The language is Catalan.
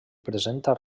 presenta